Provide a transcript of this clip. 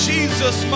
Jesus